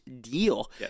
deal